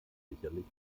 sicherlich